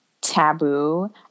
taboo